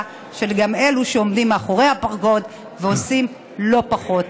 גם של אלו שעומדים מאחורי הפרגוד ועושים לא פחות,